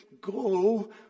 Go